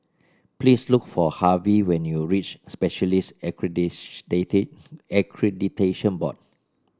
please look for Harvy when you reach Specialists Accreditation Board